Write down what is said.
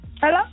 Hello